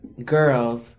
Girls